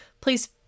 please